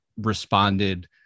responded